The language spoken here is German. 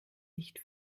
nicht